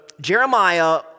Jeremiah